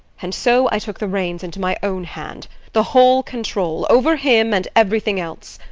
and so i took the reins into my own hand the whole control over him and everything else.